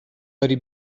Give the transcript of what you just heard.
داری